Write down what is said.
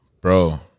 Bro